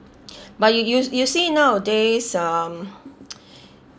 but you you you see nowadays um